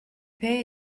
pay